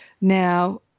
now